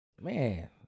Man